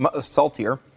Saltier